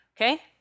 okay